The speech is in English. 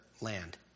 land